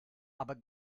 aber